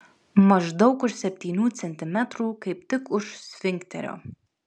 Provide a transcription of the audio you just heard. maždaug už septynių centimetrų kaip tik už sfinkterio